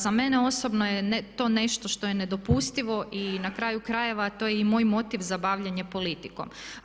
Za mene osobno je to nešto što je nedopustivo i na kraju krajeva to je i moj motiv za bavljenje politikom.